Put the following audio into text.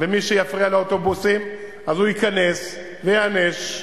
ומי שיפריע לאוטובוסים ייקנס וייענש.